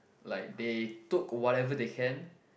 like they took whatever they can